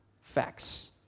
facts